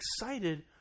excited